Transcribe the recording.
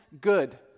good